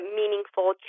meaningful